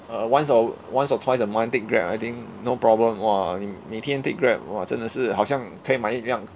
uh once or once or twice a month take grab I think no problem !wah! 你每天 take grab !wah! 真的是好像可以买一辆